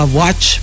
watch